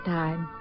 time